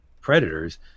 predators